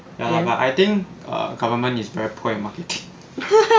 ya lah but I think err government is very pro at marketing